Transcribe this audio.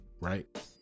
Right